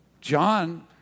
John